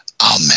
Amen